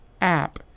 app